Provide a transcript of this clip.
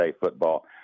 football